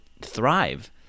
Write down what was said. thrive